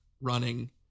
Running